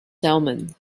salmon